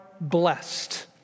blessed